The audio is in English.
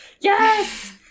yes